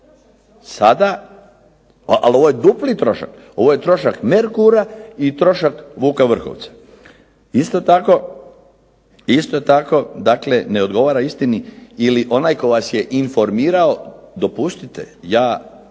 Merkuru. Ovo je dupli trošak. Ovo je trošak Merkura i trošak Vuk Vrhovca. Isto tako dakle ne odgovara istini ili onaj tko vas je informirao, dopustite ja